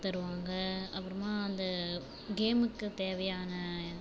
தருவாங்கள் அப்புறமா அந்த கேமுக்கு தேவையான